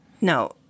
No